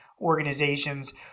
organizations